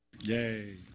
Yay